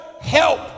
help